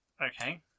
Okay